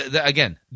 Again